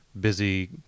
busy